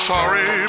Sorry